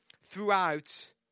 throughout